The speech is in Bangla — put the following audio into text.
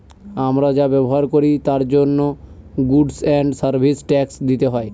আমরা যা ব্যবহার করি তার জন্য গুডস এন্ড সার্ভিস ট্যাক্স দিতে হয়